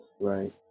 Right